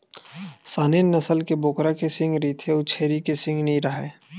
Saanen नसल के बोकरा के सींग रहिथे अउ छेरी के सींग नइ राहय